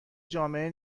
جامعه